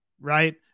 right